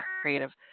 creative